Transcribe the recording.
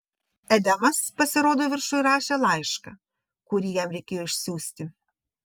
edemas pasirodo viršuj rašė laišką kurį jam reikėjo išsiųsti